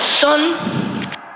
son